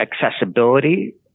accessibility